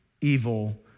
evil